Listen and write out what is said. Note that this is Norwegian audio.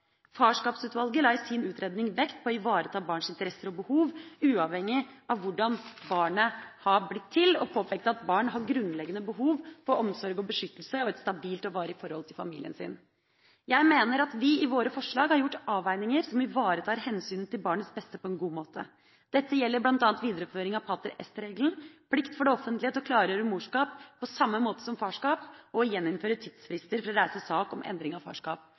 Farskapsutvalget la i sin utredning vekt på å ivareta barns interesser og behov uavhengig av hvordan barnet har blitt til, og påpekte at barn har grunnleggende behov for omsorg og beskyttelse og et stabilt og varig forhold til familien sin. Jeg mener at vi i våre forslag har gjort avveininger som ivaretar hensynet til barnets beste på en god måte. Dette gjelder bl.a. videreføring av pater est-regelen, plikt for det offentlige til å klargjøre morskap på samme måte som farskap og å gjeninnføre tidsfrister for å reise sak om endring av farskap.